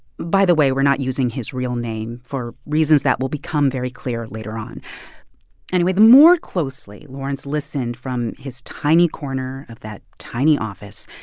by the way, we're not using his real name for reasons that will become very clear later on anyway, the more closely lawrence listened from his tiny corner of that tiny office,